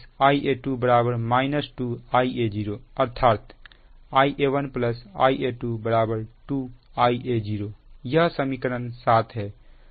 Ia1 Ia2 2Ia0 अर्थात Ia1 Ia2 2Ia0 यह समीकरण 7 है